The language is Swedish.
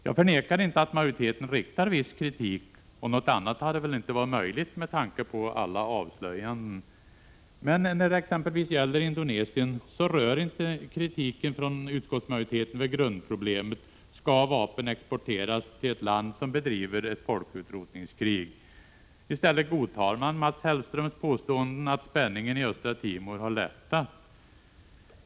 Jag förnekade inte att majoriteten riktar viss kritik — något annat hade väl inte varit möjligt med tanke på alla avslöjanden — men när det gäller exempelvis Indonesien rör inte kritiken från utskottsmajoriteten vid grundproblemet: Skall vapen exporteras till ett land som bedriver ett folkutrotningskrig? I stället godtas Mats Hellströms påståenden att spänningen i Östra Timor har lättat.